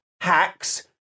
hacks